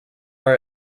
are